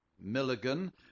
Milligan